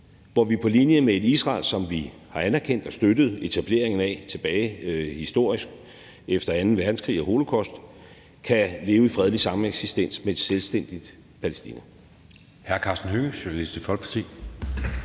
tostatsløsning, hvor Israel, som vi har støttet etableringen af historisk efter anden verdenskrig og holocaust, kan leve i fredelig sameksistens med et selvstændigt Palæstina.